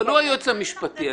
אבל הוא היועץ המשפטי.